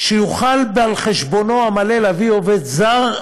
שיוכל על חשבונו המלא להביא עובד זר,